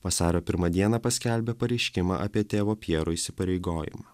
vasario pirmą dieną paskelbė pareiškimą apie tėvo pjero įsipareigojimą